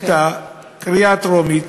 בקריאה הטרומית,